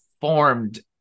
formed